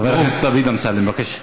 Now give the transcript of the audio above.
חבר הכנסת דוד אמסלם, אני מבקש לסיים.